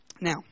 Now